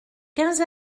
quinze